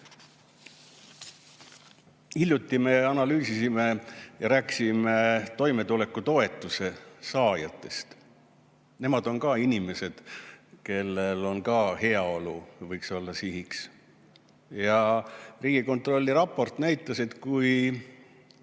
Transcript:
Hiljuti me analüüsisime ja rääkisime toimetulekutoetuse saajatest. Nemad on ka inimesed, kellel võiks heaolu olla sihiks. Riigikontrolli raport näitas, et kui